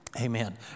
amen